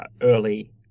early